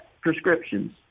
prescriptions